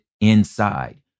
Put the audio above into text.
inside